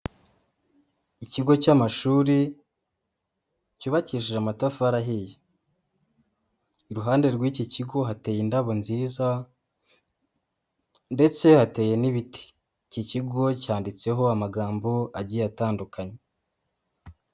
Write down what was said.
Ikigo cy'amashuri cyubakishije amatafari ahiye, iruhande rw'iki kigo hateye indabo nziza ndetse hateye n'ibiti, iki kigo cyanditseho amagambo agiye atandukanye.